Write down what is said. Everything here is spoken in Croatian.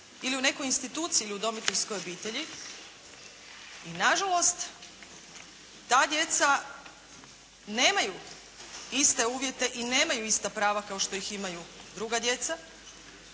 ili u nekoj instituciji ili udomiteljskoj obitelji. I nažalost, ta djeca nemaju iste uvjete i nemaju ista prava kao što ih imaju druga djeca.